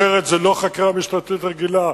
זאת לא חקירה משטרתית רגילה,